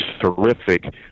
terrific